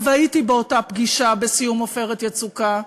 שהייתי באותה פגישה בסיום "עופרת יצוקה",